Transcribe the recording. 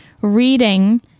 reading